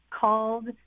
called